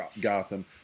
Gotham